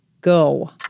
Go